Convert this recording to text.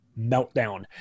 meltdown